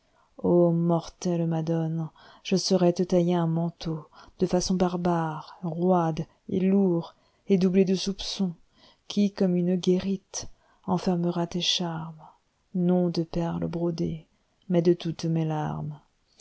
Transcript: mortelle madone je saurai te tailler un manteau de façonbarbare roide et lourd et doublé de soupçon qui comme une guérite enfermera tes charmes non do perles brodé mais de toutes mes larmes